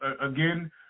Again